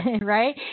Right